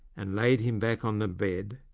and laid him back on the bed.